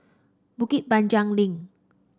Bukit Panjang Link